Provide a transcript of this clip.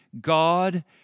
God